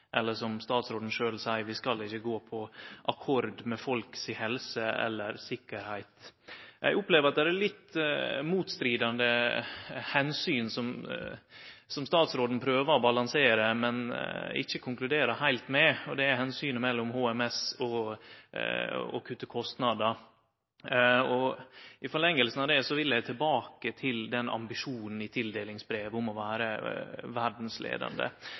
eller sikkerheit. Eg opplever at statsråden prøver å balansere litt motstridande omsyn, men ikkje konkluderer heilt, og det er omsynet til HMT og det å kutte kostnader. I forlenginga av det vil eg tilbake til ambisjonen i tildelingsbrevet om å vere